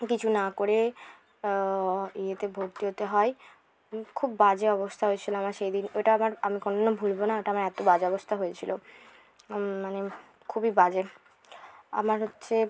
কিছু না করে ইয়েতে ভর্তি হতে হয় খুব বাজে অবস্থা হয়েছিলো আমার সেই দিন ওটা আমার আমি কোনোদিনও ভুলবো না ওটা আমার এতো বাজে অবস্থা হয়েছিলো মানে খুবই বাজে আমার হচ্ছে